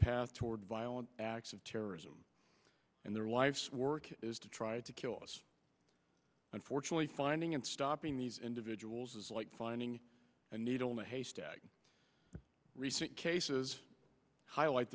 path toward violent acts of terrorism and their life's work is to try to kill us unfortunately finding and stopping these individuals is like finding a needle in a haystack recent cases highlight